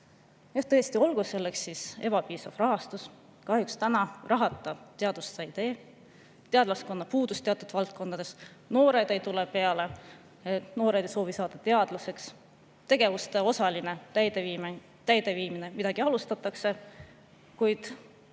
Tõesti, olgu selleks siis ebapiisav rahastus – kahjuks täna rahata teadust ei tee; teadlaskonna puudus teatud valdkondades – noored ei tule peale, noored ei soovi saada teadlaseks; tegevuste osaline täideviimine – midagi alustatakse, kuid